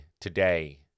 today